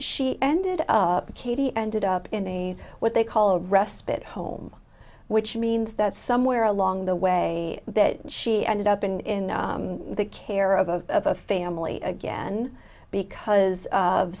she ended up katie ended up in a what they call a respite home which means that somewhere along the way that she ended up in the care of a family again because of